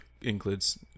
includes